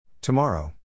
Tomorrow